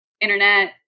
internet